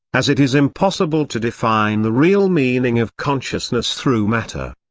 as it is impossible to define the real meaning of consciousness through matter.